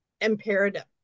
imperative